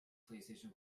playstation